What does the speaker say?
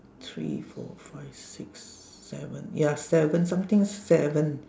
three four five six seven ya seven something seven